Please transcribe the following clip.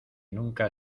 nunca